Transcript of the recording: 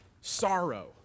sorrow